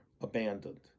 abandoned